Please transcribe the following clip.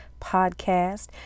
podcast